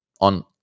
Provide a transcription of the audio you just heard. on